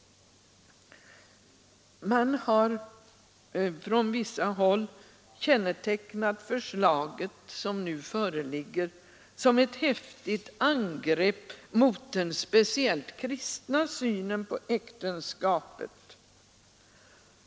Man har från vissa håll kännetecknat förslaget som nu föreligger som ett häftigt angrepp mot den speciellt kristna synen på äktenskapet.